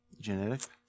Genetic